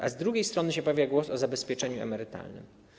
A z drugiej strony pojawia się głos o zabezpieczeniu emerytalnym.